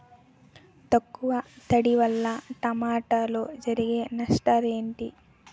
తక్కువ తడి వల్ల టమోటాలో జరిగే నష్టాలేంటి?